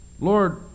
Lord